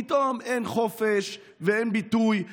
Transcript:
פתאום אין חופש ואין ביטוי,